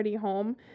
home